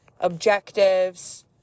objectives